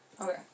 Okay